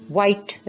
White